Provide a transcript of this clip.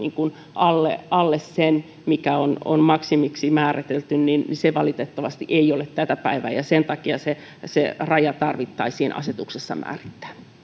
alle alle sen mikä on on maksimiksi määritelty valitettavasti ei ole tätä päivää ja sen takia se se raja tarvitsisi asetuksessa määrittää